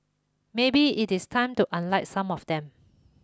maybe it is time to unlike some of them